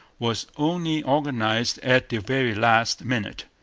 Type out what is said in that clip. was only organized at the very last minute,